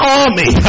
army